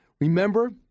Remember